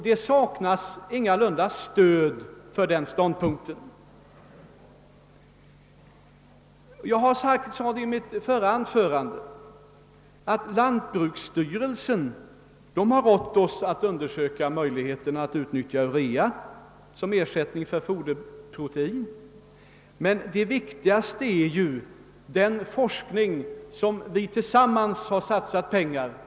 Det saknas ingalunda stöd för den ståndpunkten. Jag nämnde i mitt förra anförande att lantbruksstyrelsen hade rått oss att undersöka möjligheterna att utnyttja urea som ersättning för foderprotein. Det viktigaste är emellertid den forskning som vi tillsammans har lagt ned pengar på.